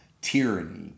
tyranny